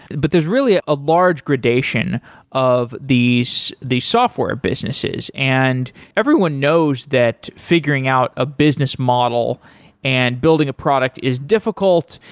but there's really a large gradation of these software businesses and everyone knows that figuring out a business model and building a product is difficult,